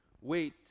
wait